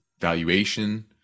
valuation